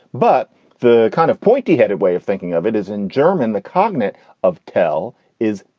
but the kind of pointy headed way of thinking of it is in german. the cognate of kelle is,